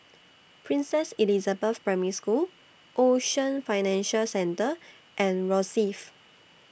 Princess Elizabeth Primary School Ocean Financial Centre and Rosyth